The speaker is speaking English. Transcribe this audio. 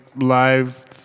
live